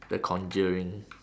the conjuring